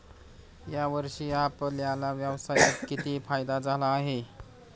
या वर्षी आपल्याला व्यवसायात किती फायदा झाला आहे?